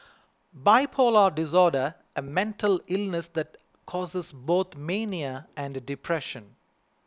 bipolar disorder a mental illness that causes both mania and depression